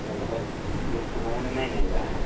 गोसथोनायना नायनायब्रा